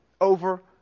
over